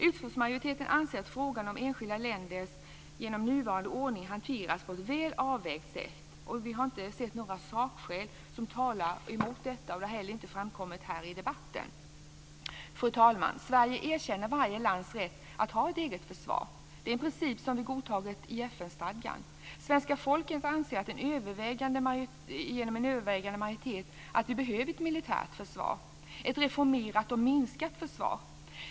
Utskottsmajoriteten anser att frågan om enskilda länders uppfyllande av kraven hanteras på ett väl avvägt sätt genom nuvarande ordning. Vi har inte sett några sakskäl som talar emot detta, och det har inte heller framkommit här i debatten. Fru talman! Sverige erkänner varje lands rätt att ha ett eget försvar. Det är en princip som vi har godtagit i FN-stadgan. Svenska folket anser genom en överväldigande majoritet att vi behöver ett militärt försvar, ett reformerat och minskat försvar.